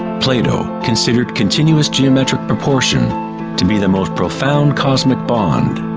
plato considered continuous geometric proportion to be the most profound cosmic bond.